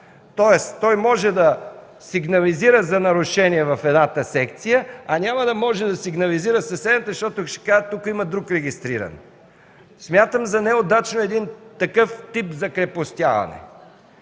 Тоест той може да сигнализира за нарушения в едната секция, а няма да може да сигнализира за съседната, защото ще кажат, че тук има друг регистриран. Смятам за неудачно един такъв тип закрепостяване.